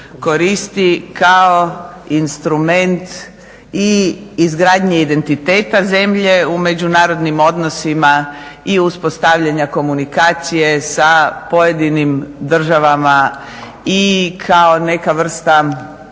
koristi kao instrument i izgradnje identiteta zemlje u međunarodnim odnosima i uspostavljanja komunikacije sa pojedinim državama i kao neka vrsta